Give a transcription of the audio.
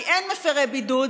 כי אין מפירי בידוד,